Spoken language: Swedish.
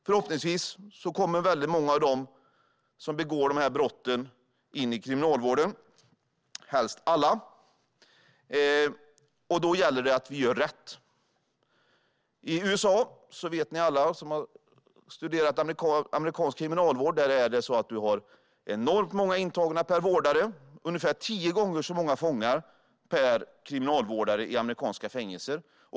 Förhoppningsvis kommer väldigt många av dem som begår dessa brott in i kriminalvården - helst alla - och då gäller det att vi gör rätt. Alla som har studerat amerikansk kriminalvård vet att man i USA har enormt många intagna per vårdare; det är ungefär tio gånger så många fångar per kriminalvårdare i amerikanska fängelser.